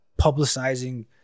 publicizing